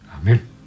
Amen